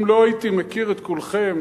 אם לא הייתי מכיר את כולכם